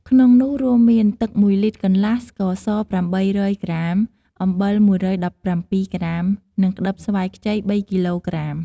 ក្នុងនោះរួមមាន ទឹក ១លីត្រកន្លះ ស្ករស ៨០០ក្រាម អំបិល ១១៧ ក្រាម និងក្ដិបស្វាយខ្ចី ៣គីឡូក្រាម។